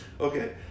Okay